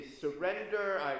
surrender